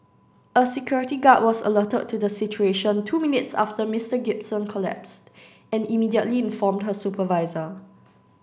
a security guard was alerted to the situation two minutes after Mister Gibson collapsed and immediately informed her supervisor